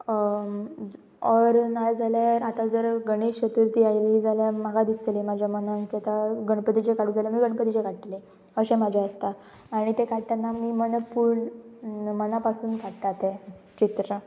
or नाजाल्यार आतां जर गणेश चतुर्थी आयली जाल्यार म्हाका दिसतलें म्हज्या मनांत की आतां गणपतीचे काडू जाल्यार गणपतीचे काडटले अशें म्हजें आसता आनी तें काडटना मी मन पूर्ण मना पासून काडटा तें चित्र